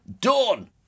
dawn